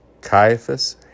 Caiaphas